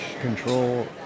control